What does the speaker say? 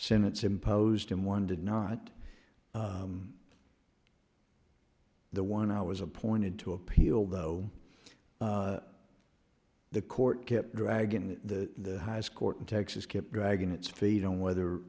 sentence imposed in one did not the one i was appointed to appeal though the court kept dragging the highest court in texas kept dragging its feet on whether